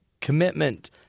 commitment